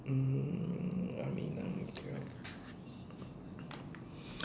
um I mean I'm okay ya